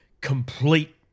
complete